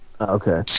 Okay